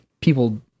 people